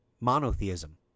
monotheism